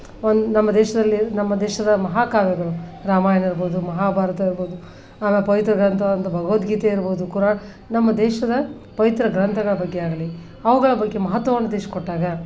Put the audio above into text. ಒಂದು ನಮ್ಮ ದೇಶದಲ್ಲಿ ನಮ್ಮ ದೇಶದ ಮಹಾ ಕಾವ್ಯಗಳು ರಾಮಾಯಣ ಇರ್ಬೋದು ಮಹಾಭಾರತ ಇರ್ಬೋದು ನಮ್ಮ ಪವಿತ್ರ ಗ್ರಂಥ ಆದಂಥ ಭಗವದ್ಗೀತೆ ಇರ್ಬೋದು ಕುರಾನ್ ನಮ್ಮ ದೇಶದ ಪವಿತ್ರ ಗ್ರಂಥಗಳ ಬಗ್ಗೆ ಆಗಲಿ ಅವುಗಳ ಬಗ್ಗೆ ಮಹತ್ವವನ್ನು ತಿಳಿಸ್ಕೊಟ್ಟಾಗ